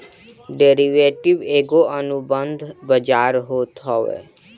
derivative एगो अनुबंध बाजार होत हअ